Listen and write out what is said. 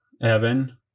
Evan